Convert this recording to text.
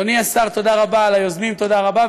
אדוני השר, תודה רבה ליוזמים, תודה רבה.